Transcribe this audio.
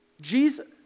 Jesus